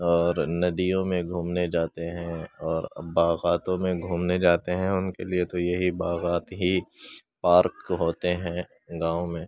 اور ندیوں میں گھومنے جاتے ہیں اور باغاتوں میں گھومنے جاتے ہیں ان کے لیے تو یہی باغات ہی پارک ہوتے ہیں گاؤں میں